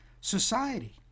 society